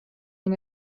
این